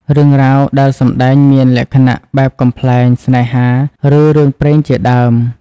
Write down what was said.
រឿងរ៉ាវដែលសម្តែងមានលក្ខណៈបែបកំប្លែង ស្នេហា ឬរឿងព្រេងជាដើម។